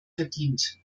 verdient